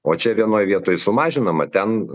o čia vienoj vietoj sumažinama ten